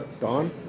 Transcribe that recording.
Don